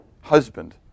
husband